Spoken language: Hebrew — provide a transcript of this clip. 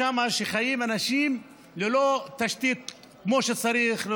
ששם חיים אנשים ללא תשתית כמו שצריך,